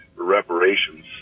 Reparations